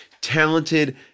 talented